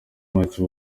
macye